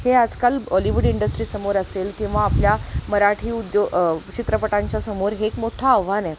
हे आजकाल बॉलिवूड इंडस्ट्रीसमोर असेल किंवा आपल्या मराठी उद्यो चित्रपटांच्यासमोर एक मोठा आव्हान आहे